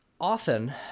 Often